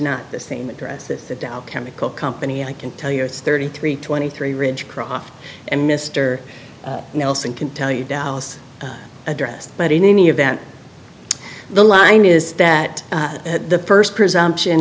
not the same address with the dow chemical company i can tell you it's thirty three twenty three ridge croft and mr nelson can tell you dallas address but in any event the line is that the first presumption